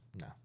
No